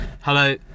Hello